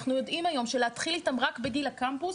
אנחנו יודעים היום שלהתחיל איתם רק בגיל הקמפוס,